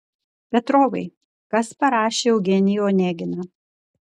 petrovai kas parašė eugeniją oneginą